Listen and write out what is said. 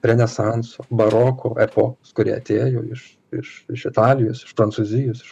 renesanso baroko epochos kuri atėjo iš iš iš italijos iš prancūzijos iš